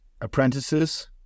apprentices